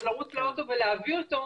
לרוץ לאוטו ולהביא אותו,